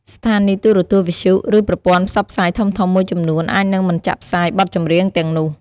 ស្ថានីយទូរទស្សន៍ វិទ្យុ ឬប្រព័ន្ធផ្សព្វផ្សាយធំៗមួយចំនួនអាចនឹងមិនចាក់ផ្សាយបទចម្រៀងទាំងនោះ។